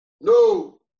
No